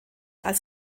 als